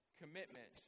commitment